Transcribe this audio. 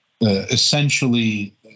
essentially